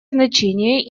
значение